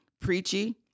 preachy